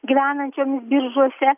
gyvenančiomis biržuose